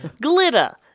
Glitter